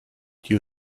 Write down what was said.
you